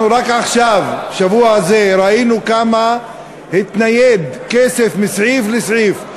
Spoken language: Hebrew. אנחנו רק עכשיו בשבוע הזה ראינו כמה כסף התנייד מסעיף לסעיף.